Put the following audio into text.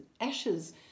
ashes